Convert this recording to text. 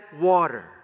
water